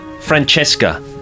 Francesca